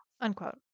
unquote